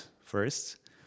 first